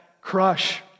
crush